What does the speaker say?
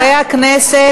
חברי הכנסת,